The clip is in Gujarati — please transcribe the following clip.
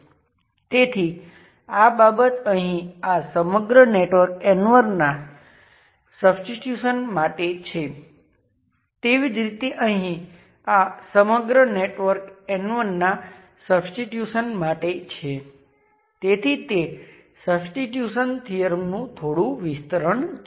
અને હું એક ઉદાહરણ પણ બતાવીશ જ્યાં આ પેરામિટર માંથી માત્ર એક ડિફાઇન કરી શકાય અથવા અમુક પેરામિટર સેટ અનડિફાઇન હોઈ શકે છે